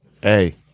Hey